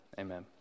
amen